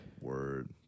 Word